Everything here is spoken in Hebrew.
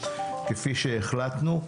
כפי שהחלטנו.